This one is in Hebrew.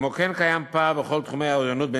כמו כן קיים פער בכל תחומי האוריינות בין